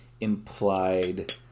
implied